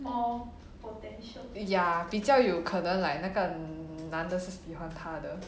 ya 比较有可能 like 那个男的是喜欢她的